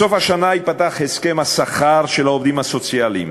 בסוף השנה ייפתח הסכם השכר של העובדים הסוציאליים,